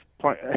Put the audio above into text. point